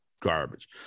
garbage